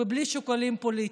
ובלי שיקולים פוליטיים.